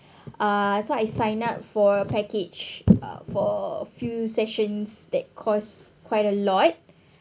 uh so I sign up for a package uh for few sessions that cost quite a lot